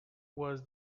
was